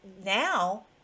now